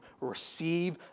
receive